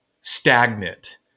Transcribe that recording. stagnant